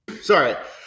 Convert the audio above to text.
Sorry